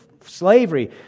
slavery